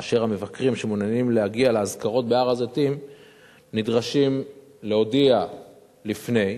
והמבקרים שמעוניינים להגיע לאזכרות בהר-הזיתים נדרשים להודיע לפני,